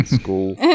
school